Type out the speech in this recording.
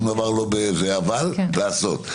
אבל לעשות,